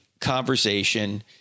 conversation